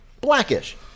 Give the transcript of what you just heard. Blackish